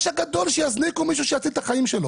הגדול שיזניקו מישהו שיציל את החיים שלו.